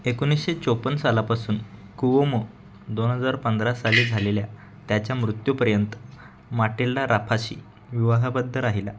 एकोणीसशे चोपन्न सालापासून कुओमो दोन हजार पंधरा साली झालेल्या त्याच्या मृत्यूपर्यंत माटेलला राफाशी विवाहाबद्ध राहिला